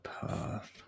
path